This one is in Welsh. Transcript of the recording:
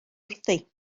wrthi